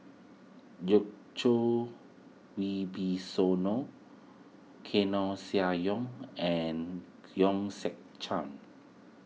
Wibisono Koeh Sia Yong and Hong Sek Chern